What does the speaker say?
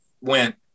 went